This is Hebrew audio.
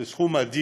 זה סכום אדיר.